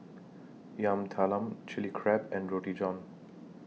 Yam Talam Chili Crab and Roti John